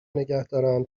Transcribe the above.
نگهدارن